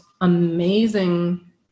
amazing